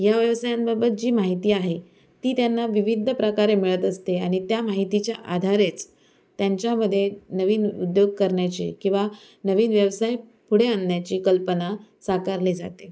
या व्यवसायांबाबत जी माहिती आहे ती त्यांना विविध प्रकारे मिळत असते आणि त्या माहितीच्या आधारेच त्यांच्यामध्ये नवीन उद्योग करण्याची किंवा नवीन व्यवसाय पुढे आणण्याची कल्पना साकारले जाते